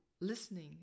listening